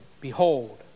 Behold